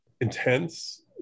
intense